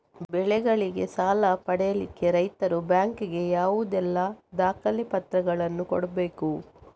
ಬೆಳೆಗಳಿಗೆ ಸಾಲ ಪಡಿಲಿಕ್ಕೆ ರೈತರು ಬ್ಯಾಂಕ್ ಗೆ ಯಾವುದೆಲ್ಲ ದಾಖಲೆಪತ್ರಗಳನ್ನು ಕೊಡ್ಬೇಕು?